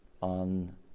on